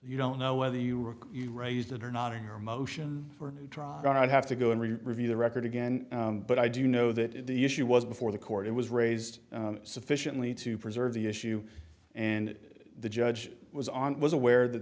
you don't know whether you were you raised it or not in your motion for i have to go and review the record again but i do know that the issue was before the court it was raised sufficiently to preserve the issue and the judge was on it was aware that